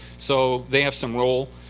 so they have some role.